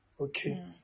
okay